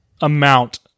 amount